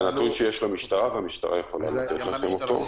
זה נתון שיש למשטרה, והמשטרה יכולה לתת לכם אותו.